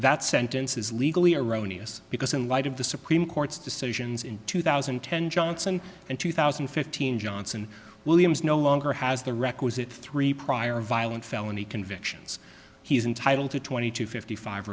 that sentence is legally erroneous because in light of the supreme court's decisions in two thousand and ten johnson and two thousand and fifteen johnson williams no longer has the requisite three prior violent felony convictions he's entitled to twenty two fifty five